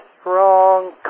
strong